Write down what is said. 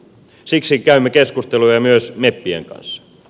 siksi käymme keskusteluja myös meppien kanssa